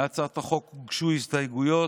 להצעת החוק הוגשו הסתייגויות.